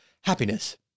happiness